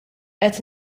qed